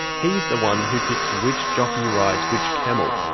he's the one who picks which jockey rides which camel.